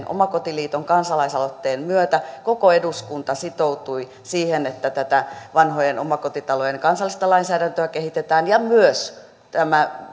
omakotiliiton kansalaisaloitteen myötä koko eduskunta sitoutui siihen että tätä vanhojen omakotitalojen kansallista lainsäädäntöä kehitetään myös